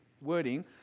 wording